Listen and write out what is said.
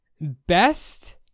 Best